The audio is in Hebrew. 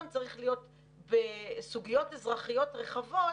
צריך להיות בסוגיות אזרחיות רחבות,